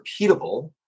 repeatable